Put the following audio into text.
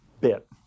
bit